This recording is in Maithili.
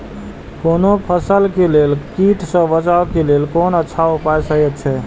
कोनो फसल के लेल कीट सँ बचाव के लेल कोन अच्छा उपाय सहि अछि?